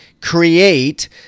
create